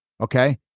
Okay